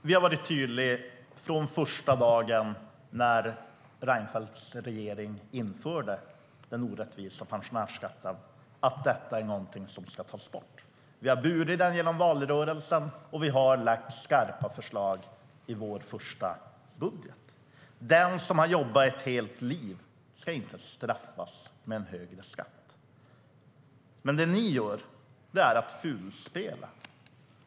Herr talman! Från första dagen sedan Reinfeldts regering införde den orättvisa pensionärsskatten har vi varit tydliga med att detta är någonting som ska tas bort. Vi bar frågan genom valrörelsen och lade fram skarpa förslag i vår första budget. Den som har jobbat ett helt liv ska inte straffas med en högre skatt. Det ni gör är att fulspela.